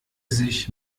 sich